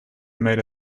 made